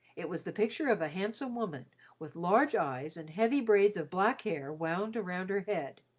it was the picture of a handsome woman, with large eyes and heavy braids of black hair wound around her head.